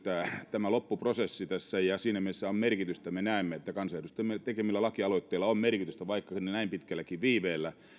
tämä loppuprosessi tässä siinä mielessä me näemme että kansanedustajien tekemillä lakialoitteilla on merkitystä vaikka näin pitkälläkin viiveellä eli